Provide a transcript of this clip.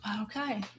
Okay